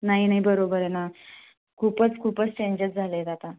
नाही नाही बरोबर आहे ना खूपच खूपच चेंजेस झालेले आहेत आता